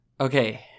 Okay